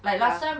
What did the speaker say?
yeah